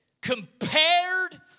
compared